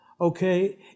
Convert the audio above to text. okay